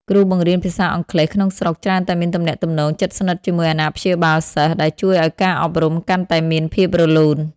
គ្រូបង្រៀនភាសាអង់គ្លេសក្នុងស្រុកច្រើនតែមានទំនាក់ទំនងជិតស្និទ្ធជាមួយអាណាព្យាបាលសិស្ស ដែលជួយឱ្យការអប់រំកាន់តែមានភាពរលូន។